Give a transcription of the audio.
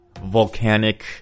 volcanic